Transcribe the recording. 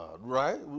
Right